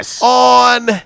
On